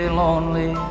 lonely